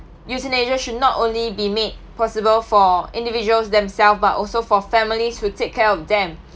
euthanasia should not only be made possible for individuals themself but also for families who take care of them